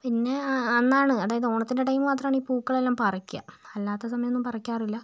പിന്നെ അന്നാണ് അതായത് ഓണത്തിൻ്റെ ടൈം മാത്രമാണ് ഈ പൂക്കളെല്ലാം പറിക്കുക അല്ലാത്ത സമയമൊന്നും പറിക്കാറില്ല